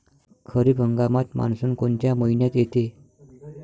खरीप हंगामात मान्सून कोनच्या मइन्यात येते?